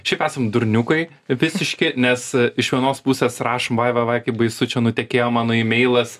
šiaip esam durniukai visiški nes iš vienos pusės rašom vaiva oi kaip baisu čia nutekėjo mano ymeilas